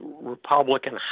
Republican